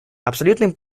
абсолютным